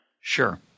Sure